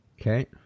Okay